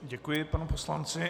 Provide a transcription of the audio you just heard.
Děkuji panu poslanci.